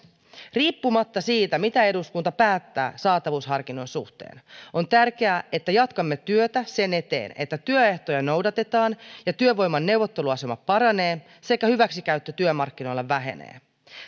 riippumatta siitä mitä eduskunta päättää saatavuusharkinnan suhteen on tärkeää että jatkamme työtä sen eteen että työehtoja noudatetaan ja työvoiman neuvotteluasema paranee sekä hyväksikäyttö työmarkkinoilla vähenee